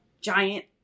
giant